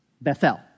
Bethel